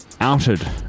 outed